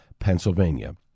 pennsylvania